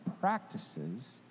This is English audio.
practices